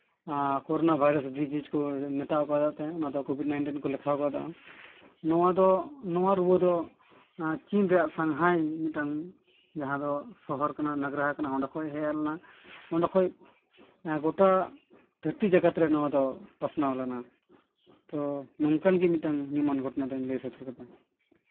corona virus disease ᱠᱚ ᱢᱮᱛᱟᱣ ᱠᱟᱫᱟ ᱚᱱᱟ ᱫᱚ ᱠᱳᱵᱷᱤᱰ ᱱᱟᱭᱤᱱᱴᱤᱱ ᱠᱚ ᱞᱮᱠᱷᱟᱣ ᱠᱟᱫᱟ ᱱᱚᱣᱟ ᱫᱚ ᱱᱚᱣᱟ ᱨᱩᱣᱟᱹ ᱫᱚ ᱪᱤᱱ ᱨᱮᱭᱟᱜ ᱥᱟᱝᱦᱟᱭ ᱢᱤᱫᱴᱟᱱ ᱡᱟᱦᱟᱸ ᱫᱚ ᱥᱚᱦᱚᱨ ᱠᱟᱱᱟ ᱱᱟᱜᱽᱨᱟᱦᱟ ᱠᱟᱱᱟ ᱚᱸᱰᱮ ᱠᱷᱚᱱ ᱦᱮᱡᱽ ᱞᱮᱱᱟ ᱚᱸᱰᱮ ᱠᱷᱚᱱ ᱜᱚᱴᱟ ᱫᱷᱟᱹᱨᱛᱤ ᱡᱟᱠᱟᱛ ᱨᱮ ᱱᱚᱣᱟ ᱫᱚ ᱯᱟᱥᱱᱟᱣ ᱞᱮᱱᱟ ᱛᱚ ᱱᱚᱝᱠᱟᱱ ᱜᱮ ᱢᱤᱫᱴᱟᱱ ᱧᱩᱢᱟᱱ ᱜᱷᱚᱴᱚᱱᱟ ᱫᱩᱧ ᱞᱟᱹᱭ ᱥᱚᱫᱚᱨ ᱠᱮᱫᱟ